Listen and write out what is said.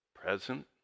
present